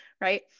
right